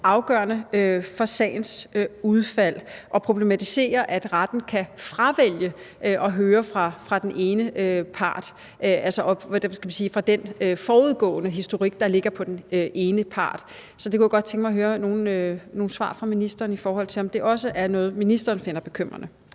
afgørende for sagens udfald, og han problematiserer, at retten kan fravælge at høre fra den ene part, altså fra den, hvad skal man sige, forudgående historik, der ligger for den ene part. Så jeg kunne godt tænke mig at høre nogle svar fra ministeren, i forhold til om det også er noget, ministeren finder bekymrende.